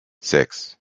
six